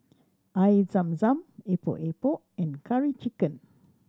Air Zam Zam Epok Epok and Curry Chicken